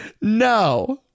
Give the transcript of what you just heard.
No